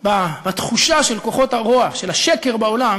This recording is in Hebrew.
בתחושה של כוחות הרוע, של השקר בעולם